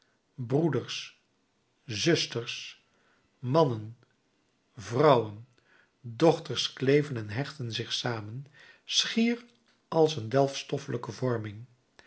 broeders zusters mannen vrouwen dochters kleven en hechten zich samen schier als een delfstoffelijke vorming